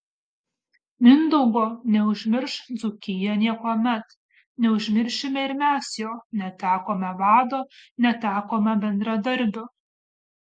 mindaugo neužmirš dzūkija niekuomet neužmiršime ir mes jo netekome vado netekome bendradarbio